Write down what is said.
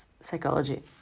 psychology